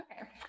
Okay